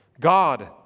God